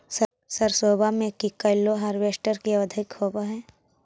सरसोबा मे की कैलो हारबेसटर की अधिक होब है?